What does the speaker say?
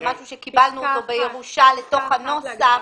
זה משהו שקיבלנו אותו בירושה לתוך הנוסח.